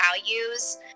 values